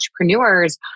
entrepreneurs